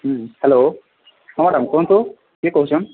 ହୁଁ ହ୍ୟାଲୋ ହଁ ମ୍ୟାଡ଼ାମ କୁହନ୍ତୁ କିଏ କହୁଛନ୍